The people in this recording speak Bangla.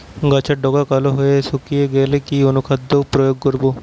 গাছের ডগা কালো হয়ে শুকিয়ে গেলে কি অনুখাদ্য প্রয়োগ করব?